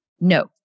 No